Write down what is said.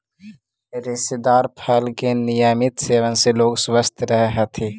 रेशेदार फल के नियमित सेवन से लोग स्वस्थ रहऽ हथी